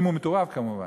אם הוא מטורף, כמובן,